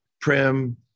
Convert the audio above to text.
Prim